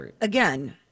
again